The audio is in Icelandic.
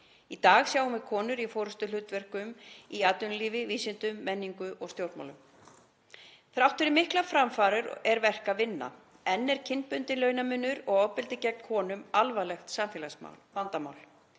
Í dag sjáum við konur í forystuhlutverkum í atvinnulífi, vísindum, menningu og stjórnmálum. Þrátt fyrir miklar framfarir er verk að vinna. Enn er kynbundinn launamunur og ofbeldi gegn konum er alvarlegt samfélagsvandamál.